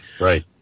Right